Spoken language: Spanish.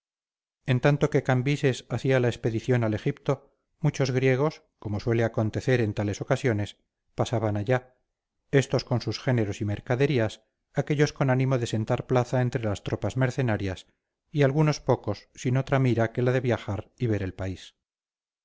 en tanto que cambises hacía la expedición al egipto muchos griegos como suele acontecer en tales ocasiones pasaban allá estos con sus géneros y mercaderías aquellos con ánimo de sentar plaza entre las tropas mercenarias y algunos pocos sin otra mira que la de viajar y ver el país